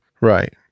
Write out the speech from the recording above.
Right